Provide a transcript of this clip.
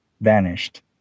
vanished